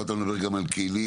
פה אתה מדבר גם על כלים